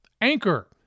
Anchor